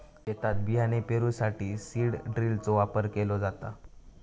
शेतात बियाणे पेरूसाठी सीड ड्रिलचो वापर केलो जाता